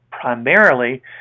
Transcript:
primarily